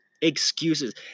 excuses